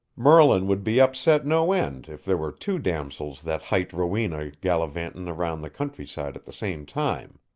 merlin would be upset no end if there were two damosels that hight rowena gallivanting around the countryside at the same time.